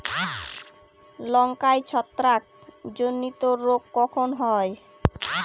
লঙ্কায় ছত্রাক জনিত রোগ কখন হয়?